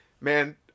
man